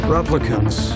Replicants